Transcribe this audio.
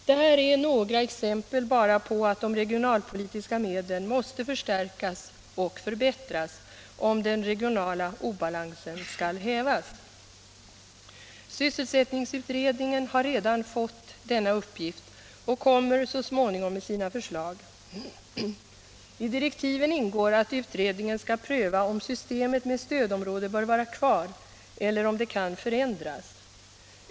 Det här är några exempel på att de regionalpolitiska medlen måste förstärkas och förbättras om den regionala obalansen skall hävas. Sysselsättningsutredningen har fått denna uppgift och kommer så småningom med sina förslag. I direktiven ingår att utredningen skall pröva om systemet med stödområden bör vara kvar eller om det kan förändras.